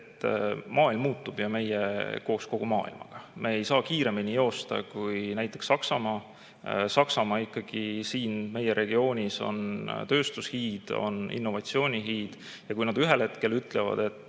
et maailm muutub ja meie koos kogu maailmaga. Me ei saa joosta kiiremini kui näiteks Saksamaa. Saksamaa ikkagi siin meie regioonis on tööstushiid, innovatsioonihiid. Kui nad ühel hetkel ütlevad, et